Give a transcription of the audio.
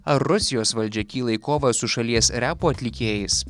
ar rusijos valdžia kyla į kovą su šalies repo atlikėjais